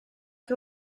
che